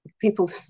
people